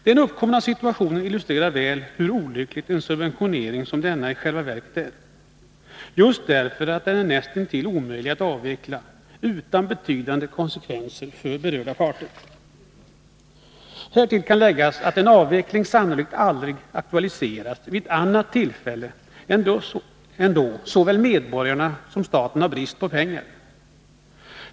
Den uppkomna situationen illustrerar väl hur olycklig en subventionering som denna i själva verket är, just därför att den är näst intill omöjlig att avveckla utan betydande konsekvenser för berörda parter. Härtill kan läggas att en avveckling sannolikt aldrig aktualiseras vid annat tillfälle än då såväl medborgarna som staten har brist på pengar.